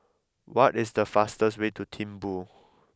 what is the fastest way to Thimphu